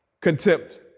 contempt